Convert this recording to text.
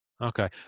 Okay